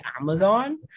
Amazon